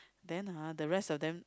then !huh! the rest of them